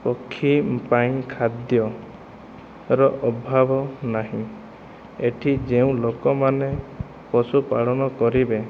ପକ୍ଷୀ ପାଇଁ ଖାଦ୍ୟର ଅଭାବ ନାହିଁ ଏଠି ଯେଉଁ ଲୋକମାନେ ପଶୁପାଳନ କରିବେ